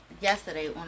yesterday